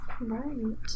Right